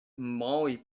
molly